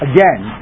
Again